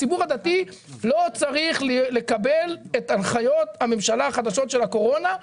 הציבור הדתי לא צריך לקבל את הנחיות הממשלה החדשות של הקורונה?